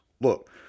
Look